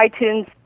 iTunes